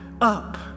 up